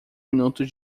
minutos